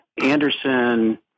Anderson